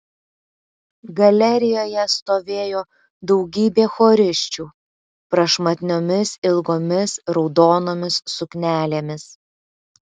galerijoje stovėjo daugybė chorisčių prašmatniomis ilgomis raudonomis suknelėmis